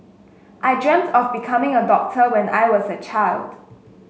I dreamt of becoming a doctor when I was a child